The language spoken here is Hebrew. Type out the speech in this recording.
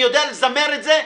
אני יודע לזמר את זה.